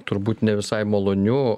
turbūt ne visai malonių